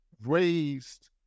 raised